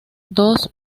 dos